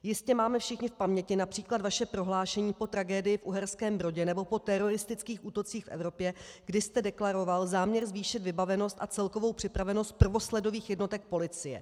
Jistě máme všichni v paměti například vaše prohlášení po tragédii v Uherském Brodě nebo po teroristických útocích v Evropě, kdy jste deklaroval záměr zvýšit vybavenost a celkovou připravenost prvosledových jednotek policie.